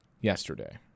yesterday